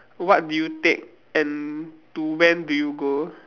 what do you take and to when do you go